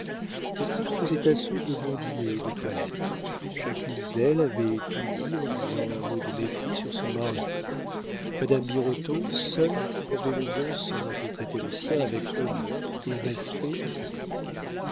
les femmes faisaient assaut de bons dîners et de toilettes chacune d'elles avait tout dit en disant un mot de mépris sur son mari madame birotteau seule avait le bon sens de traiter le sien avec honneur et respect en public